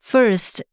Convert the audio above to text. First